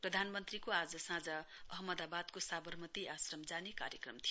प्रधानमन्त्रीको आज साँझ अहमदाबादको साबरमति आश्रम जाने कार्यक्रम थियो